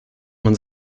man